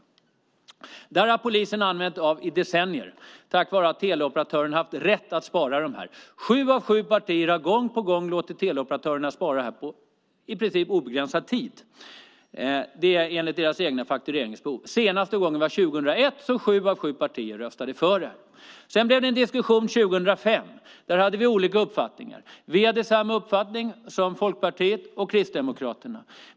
Det här har polisen använt sig av i decennier tack vare att teleoperatörerna har haft rätt att spara uppgifterna. Sju av sju partier har gång på gång låtit teleoperatörerna spara uppgifterna på i princip obegränsad tid. Senaste gången var det 2001 då sju och sju partier röstade för det. Sedan blev det en diskussion 2005. Där hade vi olika uppfattningar. Vi hade samma uppfattning som Folkpartiet och Kristdemokraterna.